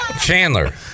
Chandler